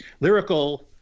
lyrical